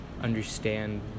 understand